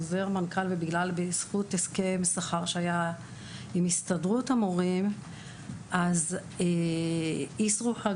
חוזר מנכ"ל ובזכות הסכם שכר שהיה עם הסתדרות המורים באסרו חג